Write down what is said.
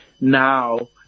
now